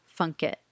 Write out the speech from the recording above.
Funkit